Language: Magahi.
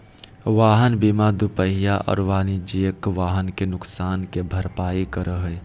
वाहन बीमा दूपहिया और वाणिज्यिक वाहन के नुकसान के भरपाई करै हइ